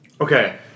Okay